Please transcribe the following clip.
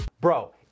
Bro